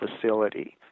facility